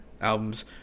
albums